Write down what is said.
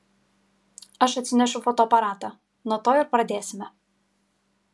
aš atsinešiu fotoaparatą nuo to ir pradėsime